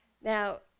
Now